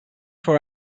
for